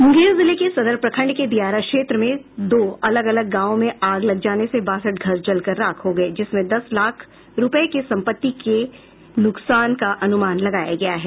मुंगेर जिले के सदर प्रखंड के दियारा क्षेत्र में दो अलग अलग गांव में आग लग जाने से बासठ घर जलकर राख हो गये जिसमें दस लाख रूपये के संपत्ति के नुकसान को अनुमान लगाया गया है